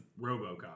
Robocop